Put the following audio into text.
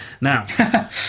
Now